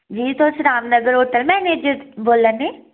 जी तुस रामनगर होटल मैनेजरै बोलै ने